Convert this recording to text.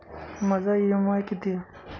माझा इ.एम.आय किती आहे?